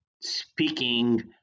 speaking